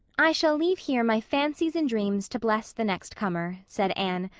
i shall leave here my fancies and dreams to bless the next comer, said anne,